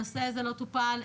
הנושא הזה לא טופל,